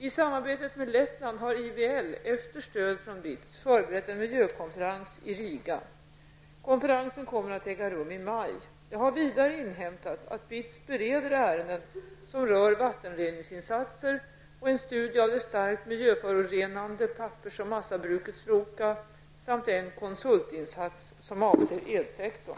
I samarbetet med Lettland har IVL, efter stöd från BITS, förberett en miljökonferens i Riga. Konferensen kommer att äga rum i maj. Jag har vidare inhämtat att BITS bereder ärenden som rör vattenreningsinsatser och en studie av det starkt miljöförorenande pappers och massabruket Sloka samt en konsultinsats som avser elsektron.